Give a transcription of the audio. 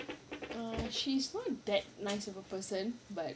err she's not that nice of a person but